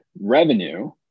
revenue